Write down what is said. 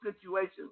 situations